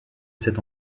cet